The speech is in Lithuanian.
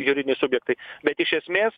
juridiniai subjektai bet iš esmės